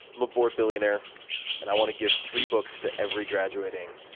i'm a bored billionaire and i want to give three books to every graduating